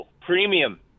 premium